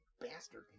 bastard